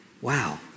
Wow